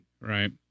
Right